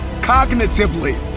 cognitively